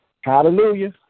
Hallelujah